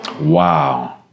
Wow